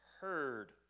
heard